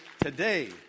today